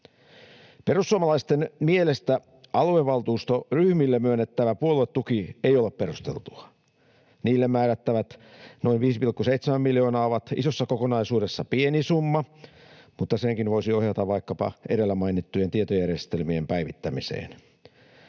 Perussuomalaisten mielestä aluevaltuustoryhmille myönnettävä puoluetuki ei ole perusteltua. Niille määrättävät noin 5,7 miljoonaa ovat isossa kokonaisuudessa pieni summa, mutta senkin voisi ohjata vaikkapa edellä mainittujen tietojärjestelmien päivittämiseen.